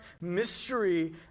mystery